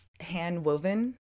hand-woven